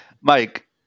Mike